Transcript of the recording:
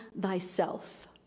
thyself